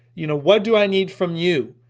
you know what do i need from you?